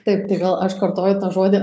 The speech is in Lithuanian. taip tai vėl aš kartoju tą žodį